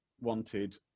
wanted